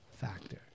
factor